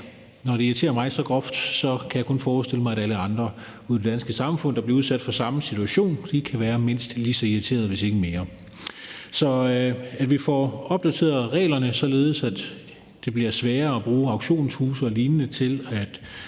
slags irriterer mig så groft, så kan jeg kun forestille mig, at alle andre ude i det danske samfund, der bliver udsat for det samme, må blive mindst lige så irriterede, hvis ikke mere. Så det, at vi får opdateret reglerne, således at det bliver sværere at bruge auktionshuse og lignende til at